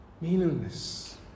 meaningless